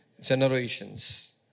generations